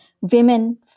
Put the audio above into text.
Women